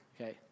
okay